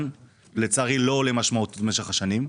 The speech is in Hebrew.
ולצערי לא עולה משמעותית במשך השנים,